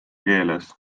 keeles